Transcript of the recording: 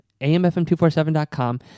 amfm247.com